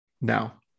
now